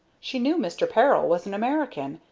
she knew mr. peril was an american,